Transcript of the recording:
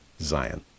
Zion